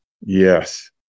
Yes